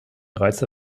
bereits